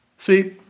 See